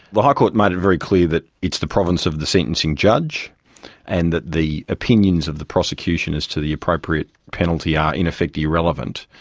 the high court made it very clear that it's the province of the sentencing judge and that the opinions of the prosecution as to the appropriate penalty are in effect irrelevant.